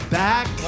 back